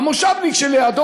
והמושבניק שלידו,